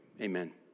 Amen